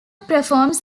performs